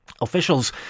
Officials